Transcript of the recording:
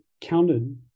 counted